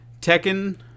Tekken